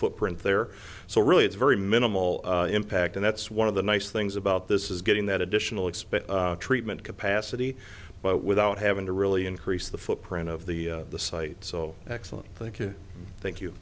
footprint there so really it's very minimal impact and that's one of the nice things about this is getting that additional expense treatment capacity but without having to really increase the footprint of the site so excellent thank you thank you